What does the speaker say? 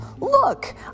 Look